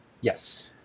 Yes